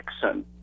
Jackson